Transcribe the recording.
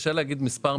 קשה להגיד מספר מדויק.